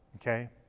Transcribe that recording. Okay